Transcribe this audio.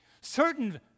certain